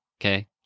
Okay